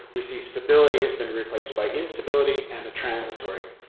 we see stability has been replaced by instability and the transitory.